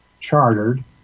chartered